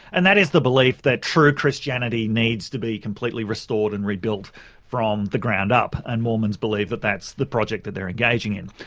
and that is the belief that true christianity needs to be completely restored and rebuilt from the ground up. and mormons believe that that's the project that they're engaging in.